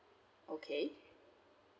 okay